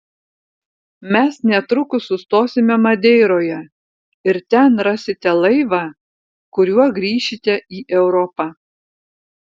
mes netrukus sustosime madeiroje ir ten rasite laivą kuriuo grįšite į europą